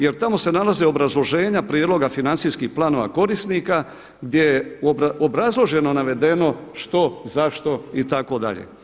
Jer tamo se nalaze obrazloženja prijedloga financijskih planova korisnika gdje je obrazloženo navedeno što, zašto itd.